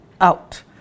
out